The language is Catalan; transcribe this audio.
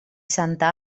santa